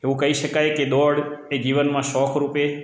એવું કહી શકાય કે દોડ એ જીવનમાં શોખ રૂપે